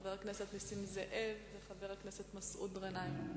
חבר הכנסת נסים זאב וחבר הכנסת מסעוד גנאים.